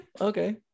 okay